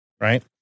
Right